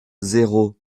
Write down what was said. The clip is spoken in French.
zéro